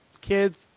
kids